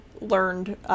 learned